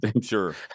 Sure